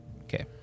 Okay